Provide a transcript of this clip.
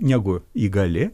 negu įgali